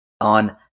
on